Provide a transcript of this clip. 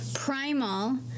Primal